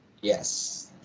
Yes